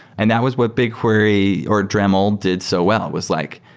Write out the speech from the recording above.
and that was what bigquery or dremel did so well, was like,